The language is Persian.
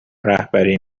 رهبری